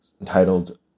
entitled